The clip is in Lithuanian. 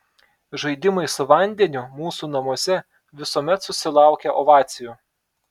žaidimai su vandeniu mūsų namuose visuomet susilaukia ovacijų